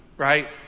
Right